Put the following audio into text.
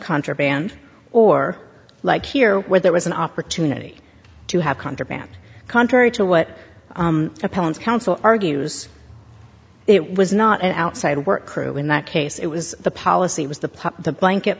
contraband or like here where there was an opportunity to have contraband contrary to what the parents council argues it was not an outside work crew in that case it was the policy was the pot the blanket